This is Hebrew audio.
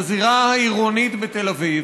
בזירה העירונית בתל אביב,